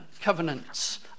covenants